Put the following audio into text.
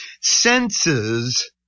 senses